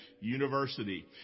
university